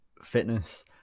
fitness